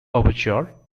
overture